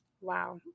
wow